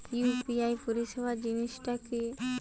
UPI পরিসেবা জিনিসটা কি?